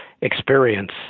experience